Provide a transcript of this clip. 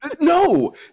No